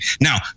Now